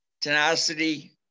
tenacity